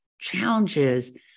challenges